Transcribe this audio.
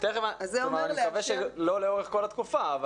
אני מקווה שלא לאורך כל התקופה.